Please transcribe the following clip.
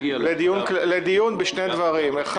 לדיון בשני דברים: א',